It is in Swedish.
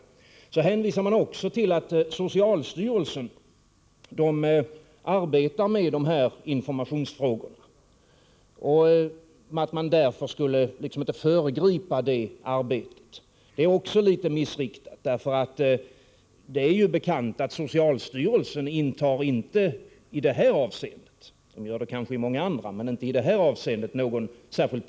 Utskottet hänvisar även till att socialstyrelsen arbetar med dessa informationsfrågor och att man inte skall föregripa det arbetet. Också det är litet missriktat. Som bekant intar ju socialstyrelsen i detta avseende inte någon särskilt progressiv ståndpunkt. Den kanske gör det i många andra avseenden.